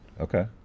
Okay